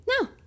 no